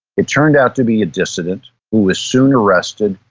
it turned out to be a dissident who was soon arrested,